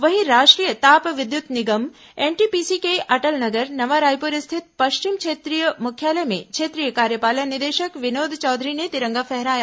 वहीं राष्ट्रीय ताप विद्युत निगम एनटीपीसी के अटल नगर नवा रायपुर स्थित पष्विम क्षेत्रीय मुख्यालय में क्षेत्रीय कार्यपालन निदेषक विनोद चौधरी ने तिरंगा फहराया